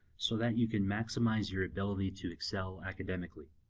so that you can maximize your ability to excel academically.